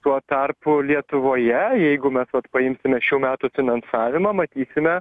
tuo tarpu lietuvoje jeigu mes vat paimsime šių metų finansavimą matysime